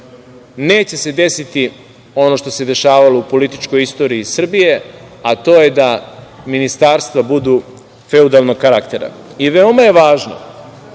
šta sam ubeđen neće se dešavalo u političkoj istoriji Srbije, a to je da ministarstva budu feudalnog karaktera. Veoma je važno